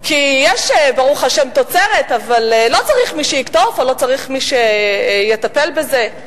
כי יש ברוך השם תוצרת אבל לא צריך מי שיקטוף או לא צריך מי שיטפל בזה.